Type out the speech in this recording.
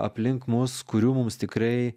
aplink mus kurių mums tikrai